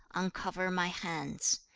uncover my hands.